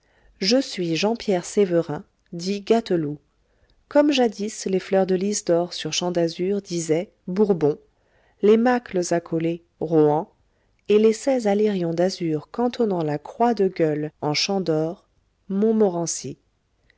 je suis jean pierre sévérin dit gâteloup comme jadis les fleurs de lis d'or sur champ d'azur disaient bourbon les macles accolées rohan et les seize alérions d'azur cantonnant la croix de gueules en champ d'or montmorency